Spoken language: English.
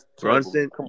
Brunson